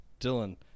Dylan